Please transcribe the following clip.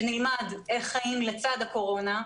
שנלמד איך חיים לצד הקורונה,